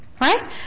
right